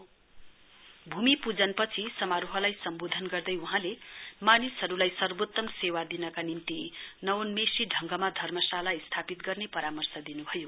भवनको भूमिपूजनपछि समारोहलाई सम्वोधन गर्दै वहाँले मानिसहरूलाई सर्वोत्तम सेवा दिनका निम्ति नवोन्मेषी ढंगमा धर्मशाला स्थापित गर्ने परामर्श दिन्भयो